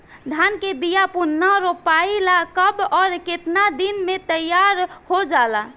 धान के बिया पुनः रोपाई ला कब और केतना दिन में तैयार होजाला?